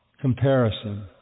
comparison